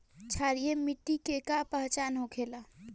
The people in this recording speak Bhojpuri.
क्षारीय मिट्टी के का पहचान होखेला?